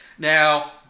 Now